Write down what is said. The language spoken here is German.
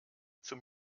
zum